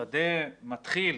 השדה יתחיל